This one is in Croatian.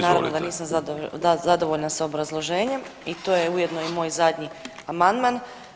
Naravno da nisam zadovoljna sa obrazloženjem i to je ujedno i moj zadnji amandman.